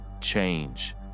Change